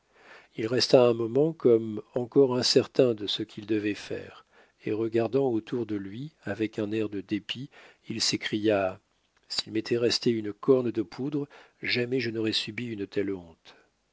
il resta un moment comme encore incertain de ce qu'il devait faire et regardant autour de lui avec un air de dépit il s'écria s'il m'était resté une corne de poudre jamais je n'aurais subi une telle honte